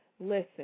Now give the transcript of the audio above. Listen